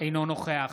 אנו נוכח